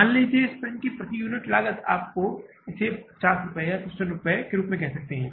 मान लें कि इस पैन की प्रति यूनिट की लागत आप इसे 50 रुपये या 55 रुपये के रूप में कह सकते हैं